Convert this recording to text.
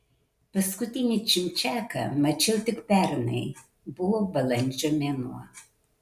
paskutinį čimčiaką mačiau tik pernai buvo balandžio mėnuo